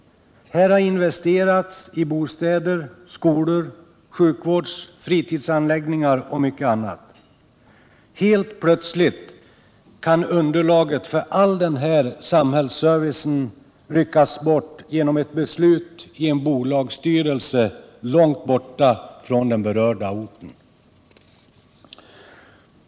Där har investerats i bostäder, skolor, sjukvårdsoch fritidsanläggningar och mycket annat. Helt plötsligt kan underlaget för all denna samhällsservice ryckas bort genom ett beslut i en bolagsstyrelse långt borta från den berörda orten.